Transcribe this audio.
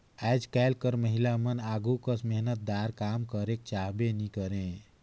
आएज काएल कर महिलामन आघु कस मेहनतदार काम करेक चाहबे नी करे